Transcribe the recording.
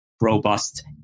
robust